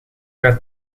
gaat